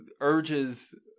urges